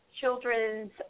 children's